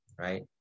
right